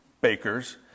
bakers